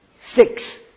Six